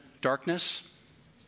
darkness